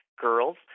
girls